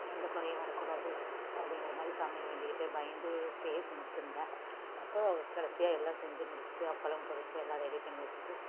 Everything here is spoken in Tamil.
எந்த குறையும் வரக்கூடாது அப்படிங்குற மாதிரி சாமியை வேண்டிகிட்டு பயந்துட்டு செஞ்சிட்டு இருந்தேன் அப்போது கடைசியா எல்லாம் செஞ்சி முடிச்சிட்டு அப்பளம் பொரிச்சி எல்லாம் ரெடி பண்ணி வச்சிட்டு